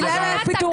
שרון, את בקריאה.